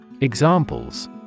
Examples